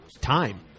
time